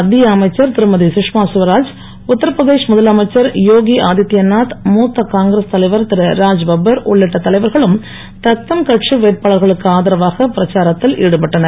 மத்திய அமைச்சர் திருமதி சுஷ்மாசுவராஜ் உத்தரபிரதேஷ் முதலமைச்சர் யோகி ஆதித்யநாத் மூத்த காங்கிரஸ் தலைவர் திரு ராஜ் பப்பர் உள்ளிட்ட தலைவர்களும் தத்தம் கட்சி வேட்பாளர்களுக்கு ஆதரவாக பிரச்சாரத்தில் ஈடுபட்டனர்